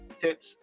tips